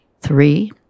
Three